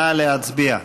נא להצביע.